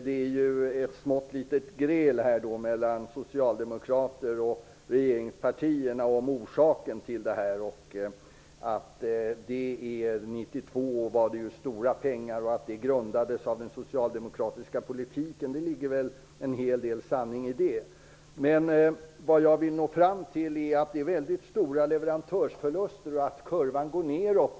Det är ett litet gräl här mellan socialdemokrater och regeringspartierna om orsaken till detta. År 1992 gällde det stora pengar, och grunden till det lades av den socialdemokratiska politiken. Det ligger väl en hel del sanning i det. Jag vill komma fram till att det är mycket stora leverantörsförluster. Det är självklart att kurvan går neråt.